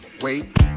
wait